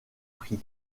pris